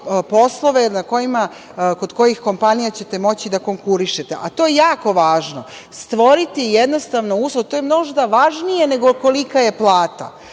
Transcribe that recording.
poslove kod kojih kompanija ćete moći da konkurišete. A to je jako važno - stvoriti jednostavno uslov, to je možda važnije nego kolika je plata.